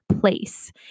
place